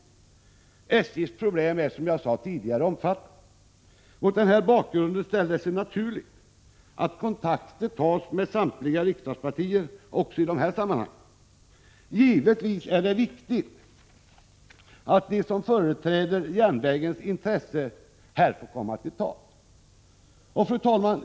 SJ:s problem är, som jag sade tidigare, omfattande. Mot den bakgrunden ställer det sig naturligt att kontakter tas med samtliga riksdagspartier också i de här sammanhangen. Givetvis är det viktigt att de som företräder järnvägens intressen här får komma till tals. Fru talman!